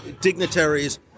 dignitaries